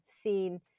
seen